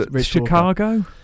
Chicago